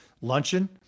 luncheon